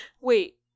Wait